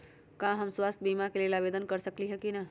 का हम स्वास्थ्य बीमा के लेल आवेदन कर सकली ह की न?